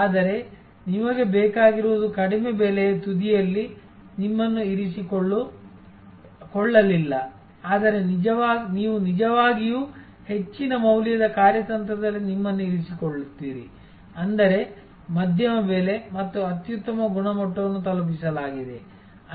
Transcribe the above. ಆದರೆ ನಿಮಗೆ ಬೇಕಾಗಿರುವುದು ಕಡಿಮೆ ಬೆಲೆಯ ತುದಿಯಲ್ಲಿ ನಿಮ್ಮನ್ನು ಇರಿಸಿಕೊಳ್ಳಲಿಲ್ಲ ಆದರೆ ನೀವು ನಿಜವಾಗಿಯೂ ಹೆಚ್ಚಿನ ಮೌಲ್ಯದ ಕಾರ್ಯತಂತ್ರದಲ್ಲಿ ನಿಮ್ಮನ್ನು ಇರಿಸಿಕೊಳ್ಳುತ್ತೀರಿ ಅಂದರೆ ಮಧ್ಯಮ ಬೆಲೆ ಮತ್ತು ಅತ್ಯುತ್ತಮ ಗುಣಮಟ್ಟವನ್ನು ತಲುಪಿಸಲಾಗಿದೆ